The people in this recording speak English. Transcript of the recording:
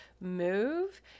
move